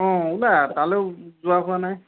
অ ওলা তালৈ যোৱা হোৱা নাই